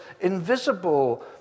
invisible